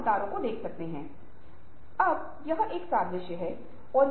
हमें किस तरह की शैली का उपयोग करना चाहिए